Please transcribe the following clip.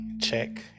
check